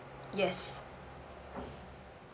yes